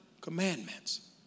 commandments